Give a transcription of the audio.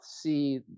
see